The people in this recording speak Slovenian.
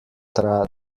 traja